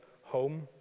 home